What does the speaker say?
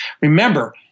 Remember